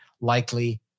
likely